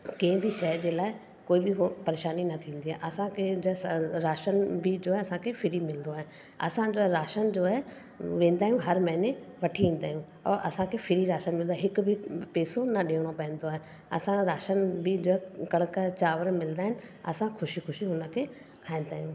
कंहिं बि शइ जे लाइ कोई बि उहो परेशानी न थींदी आहे असांखे राशन बि जो आहे असांखे फ्री मिलंदो आहे असांजा राशन जो आहे वेंदा आहियूं हर महीने वठी ईंदा आहियूं ऐं असांखे फ्री राशनु मिलंदो आहे हिक बि पैसो न ॾियणो पवंदो आहे असां राशन बि जो आहे कणिक चांवर मिलंदा आहिनि असां ख़ुशी ख़ुशी हुनखे खाईंदा आहियूं